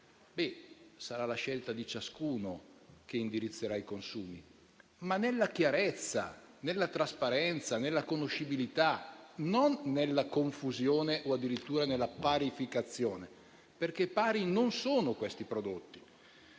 sarà la scelta di ciascuno che indirizzerà i consumi, ma nella chiarezza, nella trasparenza e nella conoscibilità, non nella confusione o addirittura nella parificazione, perché pari non sono questi prodotti.